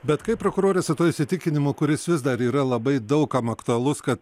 bet kaip prokurore su tuo įsitikinimu kuris vis dar yra labai daug kam aktualus kad